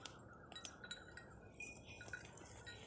ಗೊಂಜಾಳಕ್ಕ ನೇರ ಹೆಚ್ಚಾದಾಗ ಏನ್ ಮಾಡಬೇಕ್?